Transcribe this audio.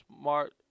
smart